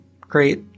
great